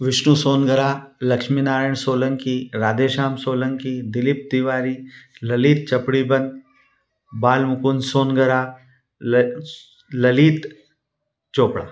Vishnu Songara Lakshmi Narayan Solanki Radheshyam Solanki Dilip Tiwari Lalit Chapdiwan Bal Mukund Songara Lalit Chopra